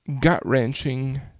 gut-wrenching